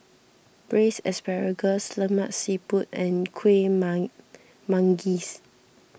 Braised Asparagus Lemak Siput and Kueh Manggis